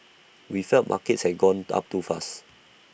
we felt markets had gone up too fast